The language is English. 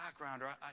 background